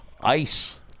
ice